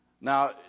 Now